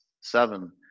seven